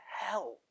hell